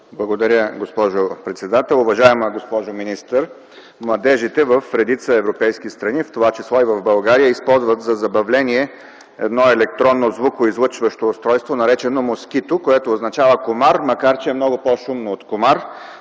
Благодаря, госпожо председател. Уважаема госпожо министър, младежите в редица европейски страни, в това число и в България, използват за забавление едно електронно звукоизлъчващо устройство, наречено „Москито”, което означава комар, макар че е много по-шумно от комар.